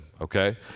okay